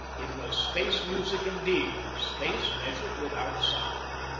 it was space music indeed, space measured without sound.